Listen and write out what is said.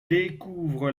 découvre